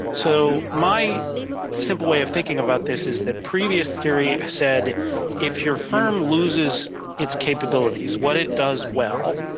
so my simple way of thinking about this is that previous theory ah said if your firm loses its capabilities, what it does well,